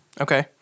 Okay